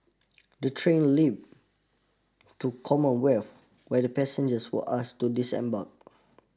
the train limped to Commonwealth where the passengers were asked to disembark